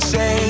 Say